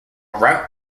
route